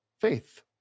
Faith